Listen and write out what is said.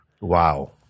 Wow